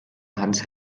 hans